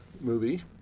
movie